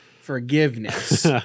forgiveness